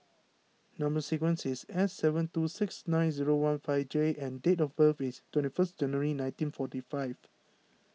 Number Sequence is S seven two six nine zero one five J and date of birth is twenty first January nineteen forty five